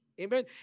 Amen